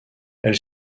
elle